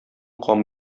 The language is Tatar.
кан